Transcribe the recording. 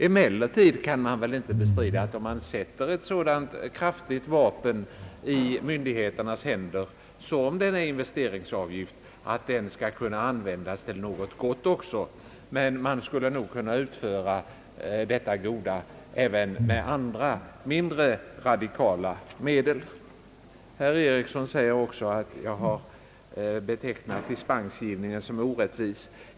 Om ett så kraftigt vapen som denna investeringsavgift sätts i myndigheternas händer bör det naturligtvis också kunna användas till något gott, men jag tror att man skulle kunna utföra detta goda även med andra, mindre radikala medel. Herr Eriksson säger vidare att jag har betecknat dispensgivningen som orättvis.